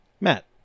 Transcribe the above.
Matt